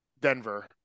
Denver